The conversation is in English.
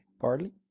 Barley